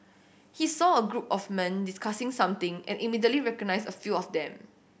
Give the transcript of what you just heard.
he saw a group of men discussing something and immediately recognised a few of them